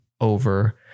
over